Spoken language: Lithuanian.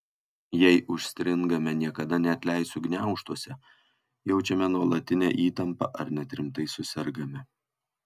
jei užstringame niekada neatleisiu gniaužtuose jaučiame nuolatinę įtampą ar net rimtai susergame